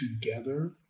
together